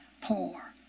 poor